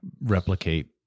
replicate